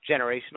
generational